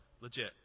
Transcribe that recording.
legit